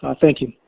ah thank you.